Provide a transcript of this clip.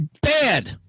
Bad